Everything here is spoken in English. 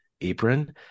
apron